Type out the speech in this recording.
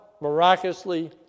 miraculously